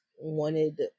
wanted